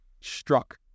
struck